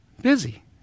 busy